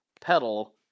pedal